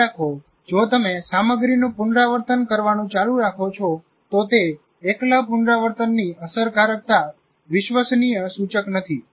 યાદ રાખો જો તમે સામગ્રીનું પુનરાવર્તન કરવાનું ચાલુ રાખો છો તો તે એકલા પુનરાવર્તનની અસરકારકતા વિશ્વસનીય સૂચક નથી